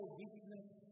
weakness